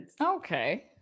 Okay